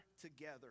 together